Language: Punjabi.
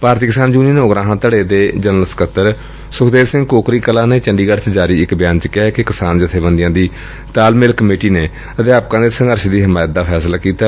ਭਾਰਤੀ ਕਿਸਾਨ ਯੁਨੀਅਨ ਉਗਰਾਹਾਂ ਧੜੇ ਦੇ ਜਨਰਲ ਸਕੱਤਰ ਸੁਖਦੇਵ ਸਿੰਘ ਕੋਕਰੀ ਕਲਾ ਨੇ ਚੰਡੀਗੜ ਚ ਜਾਰੀ ਇਕ ਬਿਆਨ ਚ ਕਿਹੈ ਕਿ ਕਿਸਾਨ ਜਥੇਬੰਦੀਆਂ ਦੀ ਤਾਲਮੇਲ ਕਮੇਟੀ ਨੇ ਅਧਿਆਪਕਾਂ ਦੇ ਸੰਘਰਸ ਦੀ ਹਮਾਇਤ ਦਾ ਫੈਸਲਾ ਕੀਤੈ